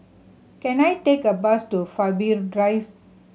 can I take a bus to Faber Drive